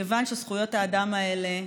כיוון שזכויות האדם האלה,